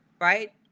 right